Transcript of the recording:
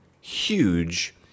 huge